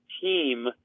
team